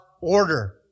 order